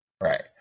Right